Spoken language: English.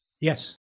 Yes